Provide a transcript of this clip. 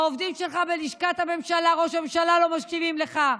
העובדים שלך בלשכת ראש הממשלה לא מקשיבים לך.